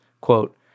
quote